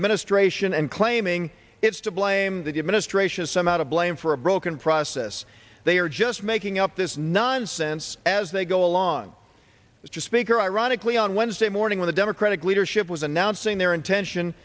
administration and claiming it's to blame the administration some out of blame for a broken process they are just making up this nonsense as they go along which is speaker ironically on wednesday morning when the democratic leadership was announcing their intention